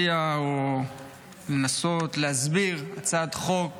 לנסות להסביר הצעת חוק